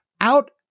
out